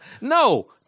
No